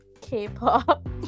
K-pop